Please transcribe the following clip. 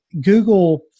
Google